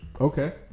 okay